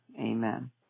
amen